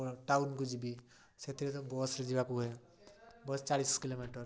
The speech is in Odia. ଟାଉନ୍କୁ ଯିବି ସେଥିରେ ତ ବସ୍ରେ ଯିବାକୁ ହୁଏ ବସ୍ ଚାଳିଶ କିଲୋମିଟର୍